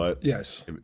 Yes